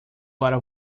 para